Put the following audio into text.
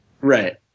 Right